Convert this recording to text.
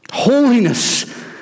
holiness